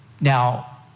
Now